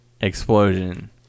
explosion